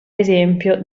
esempio